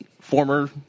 former